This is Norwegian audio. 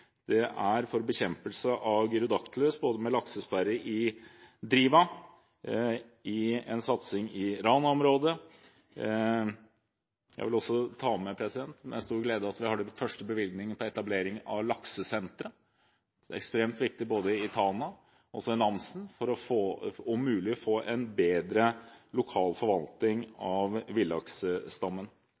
bekjempelse av gyrodactylus, med laksesperre i Driva og en satsing i Rana-området. Jeg vil også ta med – med stor glede – at vi har den første bevilgningen til etablering av laksesentre. Det er ekstremt viktig både i Tana og i Namsen for om mulig å få en bedre lokal forvaltning av villaksstammen.